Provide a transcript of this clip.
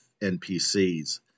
NPCs